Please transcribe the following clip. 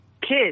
Kids